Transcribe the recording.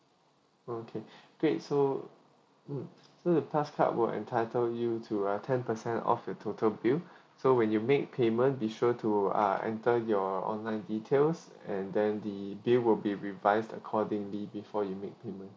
okay great so mm so the plus card will entitle you to a ten percent off your total bill so when you make payment be sure to uh enter your online details and then the bill will be revise accordingly before you make payment